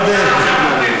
עודד.